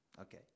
Okay